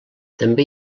també